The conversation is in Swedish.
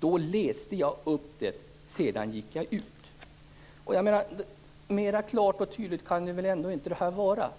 Då läste jag upp det, sedan gick jag ut. Mera klart och tydligt kan väl detta ändå inte vara.